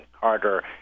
Carter